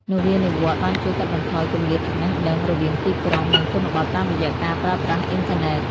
នវានុវត្តន៍បានជួយកាត់បន្ថយគម្លាតចំណេះដឹងរវាងទីក្រុង និងជនបទតាមរយៈការប្រើប្រាស់អ៊ីនធឺណិត។